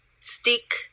stick